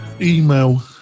Email